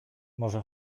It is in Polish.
może